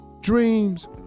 dreams